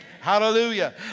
Hallelujah